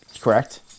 correct